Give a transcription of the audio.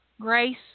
Grace